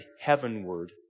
heavenward